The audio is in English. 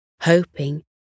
hoping